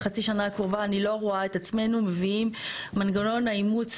בחצי שנה הקרובה אני לא רואה את עצמנו מביאים מנגנון האימוץ,